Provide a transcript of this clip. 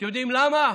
אתם יודעים למה?